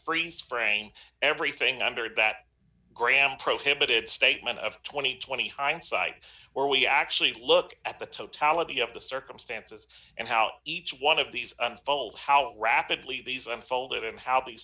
freeze frame everything under that graham prohibited statement of two thousand and twenty hindsight where we actually look at the totality of the circumstances and how each one of these unfolds how it rapidly these unfolded and how the